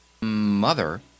Mother